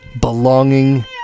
belonging